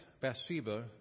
Bathsheba